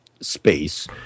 space